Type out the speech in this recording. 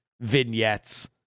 vignettes